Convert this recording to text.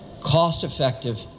cost-effective